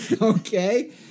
Okay